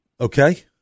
Okay